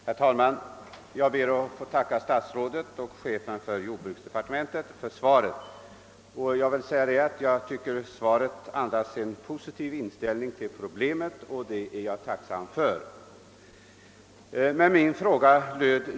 Herr talman! Jag ber att få tacka statsrådet och chefen för jordbruksdepartementet för svaret. Jag tycker att svaret andas en positiv inställning till problemet, och det är jag tacksam för.